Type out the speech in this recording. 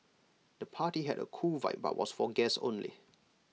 the party had A cool vibe but was for guests only